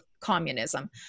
communism